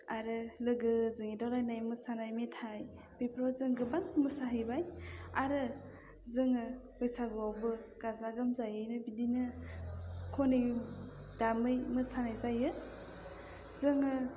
आरो लोगोजों एदावलायनाय मोसानाय मेथाइ बेफोरखौ जों गोबां मोसाहैबाय आरो जोङो बैसागुआवबो गाजा गोमजायै बिदिनो खनै दामै मोसानाय जायो जोङो